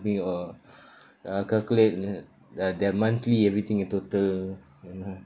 or uh calculate ne~ uh their monthly everything in total you know